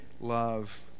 love